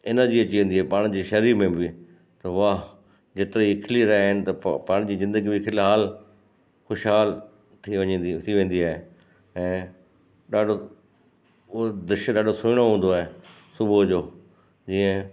energy अची वेंदी आहे पाण जे शरीर में बि त वाह जेतिरो हीअ खिली रहिया आहिनि त प पाण जी जिन्दगी बि फ़िलहालु ख़ुशहालु थी वञे थी थी वेंदी आहे ऐं ॾाढो हूअ दृश्य ॾाढो सुहिणो हूंदो आहे सुबुह जो जीअं